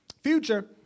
Future